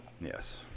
Yes